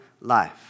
life